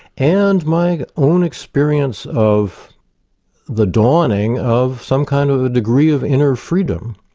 and my own experience of the dawning of some kind of a degree of inner freedom,